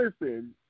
listen